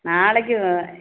நாளைக்கு வ